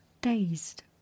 dazed